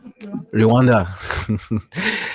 Rwanda